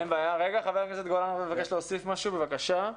חבר הכנסת גולן מבקש להוסיף משהו, בבקשה.